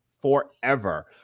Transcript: forever